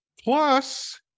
plus